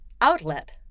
Outlet